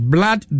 Blood